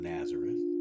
Nazareth